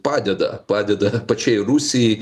padeda padeda pačiai rusijai